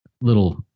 little